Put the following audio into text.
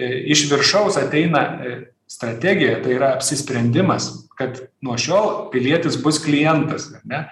iš viršaus ateina strategija tai yra apsisprendimas kad nuo šiol pilietis bus klientas ar ne